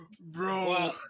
Bro